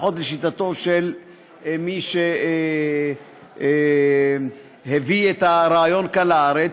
לפחות לשיטתו של מי שהביא את הרעיון כאן לארץ.